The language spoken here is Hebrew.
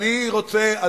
זמן כמסגרת.